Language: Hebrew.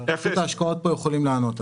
נמצאת כאן רשות ההשקעות והיא יכולה לענות.